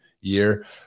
year